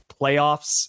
playoffs